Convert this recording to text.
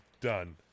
done